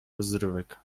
rozrywek